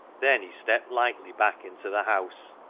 then he stepped lightly back into the house,